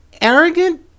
arrogant